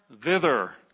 thither